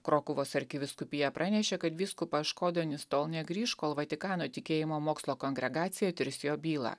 krokuvos arkivyskupija pranešė kad vyskupas škodonis tol negrįš kol vatikano tikėjimo mokslo kongregacija tirs jo bylą